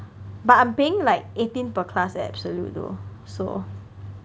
but I'm paying like eighteen per class at Absolute though so